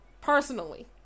personally